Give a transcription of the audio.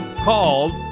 called